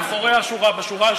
אדוני השר.